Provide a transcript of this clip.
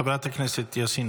חברת הכנסת יאסין,